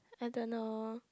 I don't know